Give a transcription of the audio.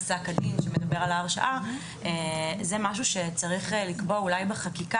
פסק הדין שמדבר על ההרשעה זה משהו שצריך לקבוע אולי בחקיקה,